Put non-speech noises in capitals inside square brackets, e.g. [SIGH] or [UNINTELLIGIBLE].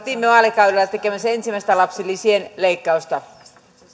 [UNINTELLIGIBLE] viime vaalikaudella tekemässä ensimmäistä lapsilisien leikkausta